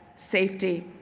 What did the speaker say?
safety,